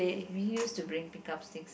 we used to bring pick up sticks